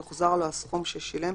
יוחזר לו הסכום ששילם